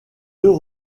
deux